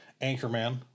Anchorman